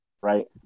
right